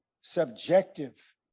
subjective